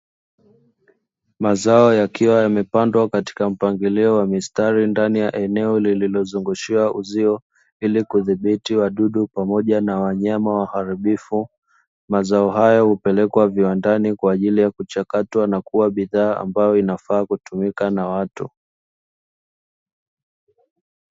Mazao yakiwa yamepandwa katika mpangilio wa mistari ndani ya eneo lililozungushiwa uzio ili kudhibiti wadudu pamoja na wanyama waharibifu, mazao hayo hupelekwa viwandani kwa ajili ya kuchakatwa na kuwa bidhaa ambayo inafaa kutumika na watu.